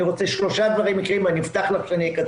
אני אומר שלושה דברים עיקריים ואהיה קצר.